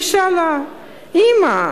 היא שאלה: אמא,